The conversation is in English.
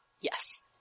Yes